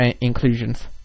Inclusions